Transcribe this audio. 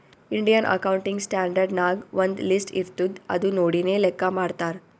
Indian accounting standard ನಾಗ್ ಒಂದ್ list ಇರ್ತುದ್ ಅದು ನೋಡಿನೇ ಲೆಕ್ಕಾ ಮಾಡ್ತಾರ್